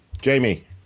Jamie